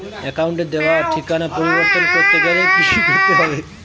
অ্যাকাউন্টে দেওয়া ঠিকানা পরিবর্তন করতে গেলে কি করতে হবে?